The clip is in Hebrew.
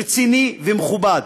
רציני ומכובד.